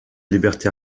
liberté